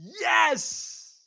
yes